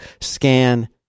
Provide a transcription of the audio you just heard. scan